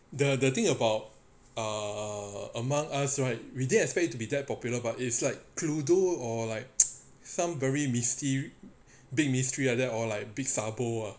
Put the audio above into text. the the thing about err among us right we didn't expect it to be that popular but it's like cluedo or like some very misty big mystery like that or like big sabo ah